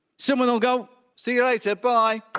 someone will go see you later, bye.